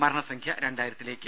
മരണസംഖ്യ രണ്ടായിരത്തിലേക്ക്